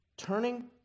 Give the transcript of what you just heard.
Turning